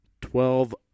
Twelve